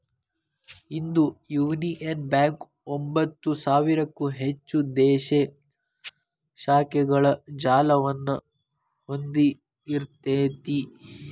ಇಂದು Union Bank ಒಂಭತ್ತು ಸಾವಿರಕ್ಕೂ ಹೆಚ್ಚು ದೇಶೇ ಶಾಖೆಗಳ ಜಾಲವನ್ನ ಹೊಂದಿಇರ್ತೆತಿ